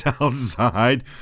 outside